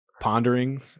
pondering